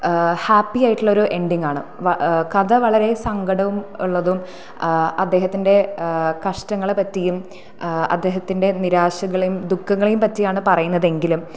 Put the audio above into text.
happy ആയിട്ടുള്ളൊരു എൻഡിങ്ങാണ് കഥ വളരെ സങ്കടം ഉള്ളതും അദ്ദേഹത്തിൻ്റെ കഷ്ടങ്ങളെപ്പറ്റിയും അദ്ദേഹത്തിൻ്റെ നിരാശകളെയും ദുഖങ്ങളെയും പറ്റിയാണ് പറയുന്നതെങ്കിലും